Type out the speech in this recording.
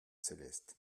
célestes